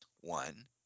one